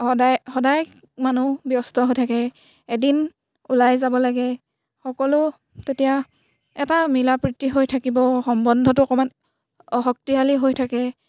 সদায় সদায় মানুহ ব্যস্ত হৈ থাকে এদিন ওলাই যাব লাগে সকলো তেতিয়া এটা মিলাপ্ৰীতি হৈ থাকিব সম্বন্ধটো অকণমান শক্তিশালী হৈ থাকে